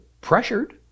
pressured